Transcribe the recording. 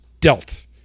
dealt